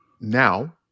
now